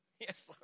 Yes